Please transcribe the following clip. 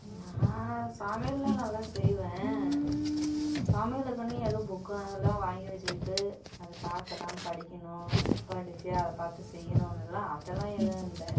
நான் சமையல்லாம் நல்லா செய்வேன் சமையலுக்குனு எதுவும் புக்கு எல்லாம் வாங்கி வச்சுக்கிட்டு அதை பார்த்துலாம் படிக்கணும் படித்து அதை பார்த்து செய்யணுன்னுலாம் அதெல்லாம் எதுவும் இல்லை